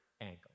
angle